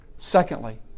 Secondly